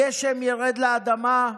גשם ירד על האדמה,